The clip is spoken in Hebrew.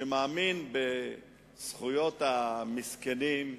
שמאמין בזכויות המסכנים,